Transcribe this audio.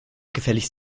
gefälligst